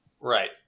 right